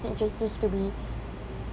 just used to be